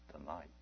Tonight